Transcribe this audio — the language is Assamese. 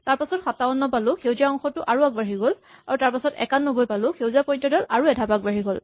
তাৰপাছত ৫৭ পালো সেউজীয়া অংশটো আৰু বাঢ়ি গ'ল তাৰপাছত ৯১ পালো সেউজীয়া পইন্টাৰ ডাল আৰু এধাপ আগবাঢ়ি গ'ল